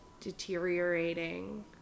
deteriorating